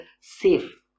safe